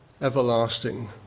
everlasting